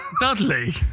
Dudley